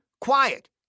quiet